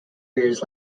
years